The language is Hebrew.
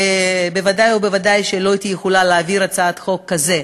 וודאי וודאי שלא הייתי יכולה להעביר הצעת חוק כזאת